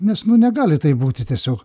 nes nu negali taip būti tiesiog